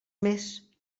més